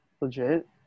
Legit